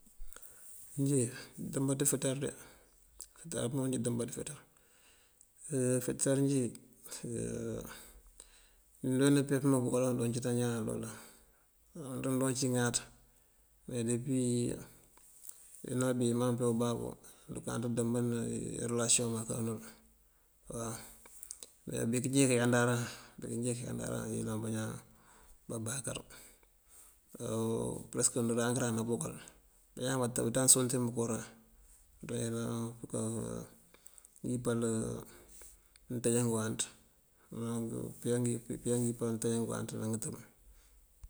Injí dëmbaţ ifeţar mom injí dëmbaţ ifeţar de; dëmbaţ ifeţar injí nindooni pepëmob kaloŋ adoon cíţañ ñáan naloolan; namënţ nuŋ doon cí ŋáan me dëpú wi nabi man pëya ubaabuwund káatadëmban irëlasiyoŋ mak nánul, waw. Me biki ndeeka yandaráan, biki ndeeka yandaráan ayëlan bañaan babáakër përesëk wund aráan këráan nábúkal, bañaan batëb ţañ súntin bukuŋ uráan. Buyëlan pëka ngëyipal ngëëntáaja ngëwáanţ, baloŋ pëya ngëyipal ngëëntáaja ngëwáanţ ná ngëtëb.